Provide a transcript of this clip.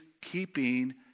keeping